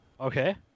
Okay